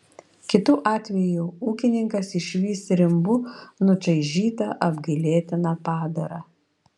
kitu atveju ūkininkas išvys rimbu nučaižytą apgailėtiną padarą